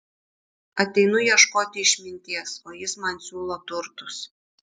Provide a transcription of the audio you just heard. ateinu ieškoti išminties o jis man siūlo turtus